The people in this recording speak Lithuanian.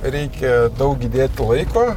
reikia daug įdėti laiko